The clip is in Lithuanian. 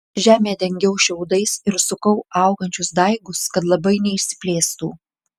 žemę dengiau šiaudais ir sukau augančius daigus kad labai neišsiplėstų